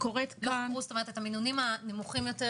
כלומר את המינונים הנמוכים יותר.